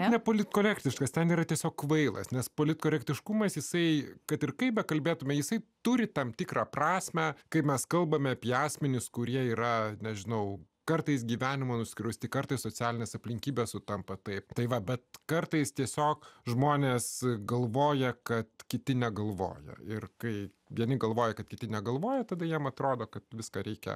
nepolitkorektiškas ten yra tiesiog kvailas nes politkorektiškumas jisai kad ir kaip bekalbėtumėme jisai turi tam tikrą prasmę kai mes kalbame apie asmenis kurie yra nežinau kartais gyvenimo nuskriausti kartais socialinės aplinkybės sutampa taip tai va bet kartais tiesiog žmonės galvoja kad kiti negalvoja ir kai vieni galvoja kad kiti negalvojo tada jam atrodo kad viską reikia